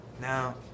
Now